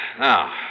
Now